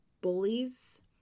bullies